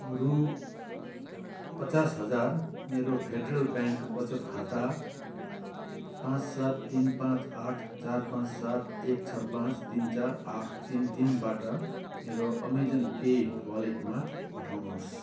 रु पचास हजार मेरो फेडरल ब्याङ्क वचत खाता पाँच सात तिन पाँच आठ चार पाँच सात एक छ पाँच तिन चार आठ तिन तिनबाट मेरो अमेजन पे वालेटमा पठाउनुहोस्